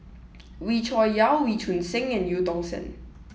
Wee Cho Yaw Wee Choon Seng and Eu Tong Sen